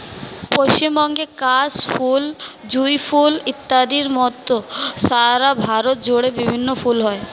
পশ্চিমবঙ্গের কাশ ফুল, জুঁই ফুল ইত্যাদির মত সারা ভারত জুড়ে বিভিন্ন ফুল হয়